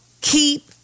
keep